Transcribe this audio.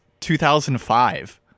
2005